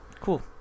cool